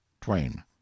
twain